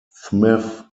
smith